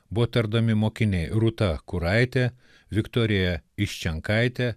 buvo tardomi mokiniai rūta kuraitė viktorija iščenkaitė